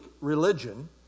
religion